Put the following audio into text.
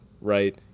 right